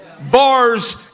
bars